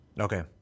Okay